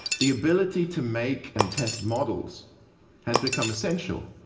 the ability to make and test models has become essential,